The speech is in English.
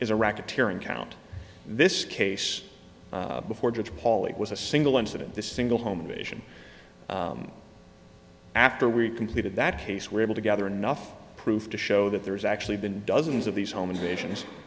is a racketeering count this case before judge paul it was a single incident the single home invasion after we completed that case we're able to gather enough proof to show that there's actually been dozens of these home invasions